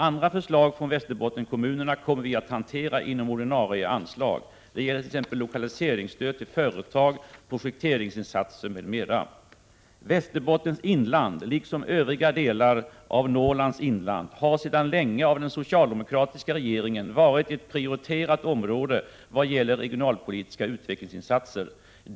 Andra förslag från Västerbottenskommunerna kommer vi att hantera inom ordinarie anslag. Det gällert.ex. lokaliseringsstöd till företag, prospekteringsinsatser m.m. Västerbottens inland liksom övriga delar av Norrlands inland har sedan = Prot. 1987/88:43 länge av den socialdemokratiska regeringen varit ett prioriterat område vad 11 december 1987 gäller regionalpolitiska utvecklingsinsatser.